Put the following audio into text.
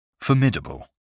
Formidable